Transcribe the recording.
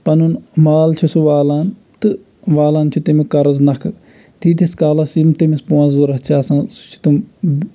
پَنُن مال چھُ سُہ والان تہٕ والان چھُ تَمیُک قرض نَکھٕ تیٖتِس کالَس یِم تٔمِس پونٛسہٕ ضوٚرَتھ چھِ آسان سُہ چھِ تِم